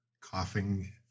coughing